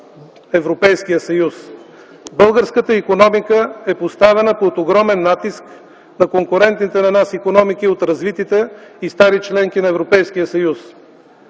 Европейският съюз. Българската икономика е поставена под огромен натиск на конкурентните икономики от развитите и старите страни – членки на Европейския съюз.